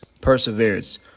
perseverance